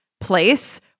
place